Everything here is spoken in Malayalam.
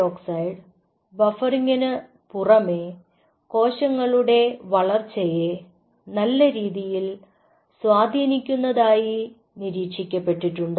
CO2 ബഫറിങ്ങിനു പുറമേ കോശങ്ങളുടെ വളർച്ചയെ നല്ല രീതിയിൽ സ്വാധീനിക്കുന്നതായി നിരീക്ഷിക്കപ്പെട്ടിട്ടുണ്ട്